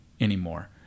anymore